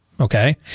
Okay